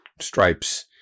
stripes